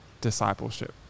discipleship